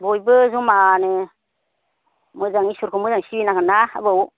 बयबो जमानो मोजाङै इसोरखौ मोजाङै सिबिनांगोनना आबौ